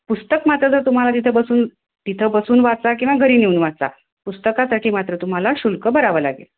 पुस्तक मात्र जर तुम्हाला तिथं बसून तिथं बसून वाचा किंवा घरी नेऊन वाचा पुस्तकासाठी मात्र तुम्हाला शुल्क भरावं लागेल